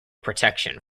protection